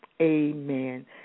Amen